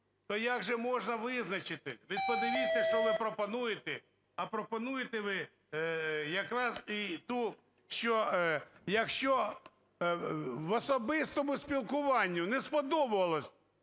То як же можна визначити? Ви подивіться, що ви пропонуєте! А пропонуєте ви якраз, що, якщо в особистому спілкуванні не сподобалися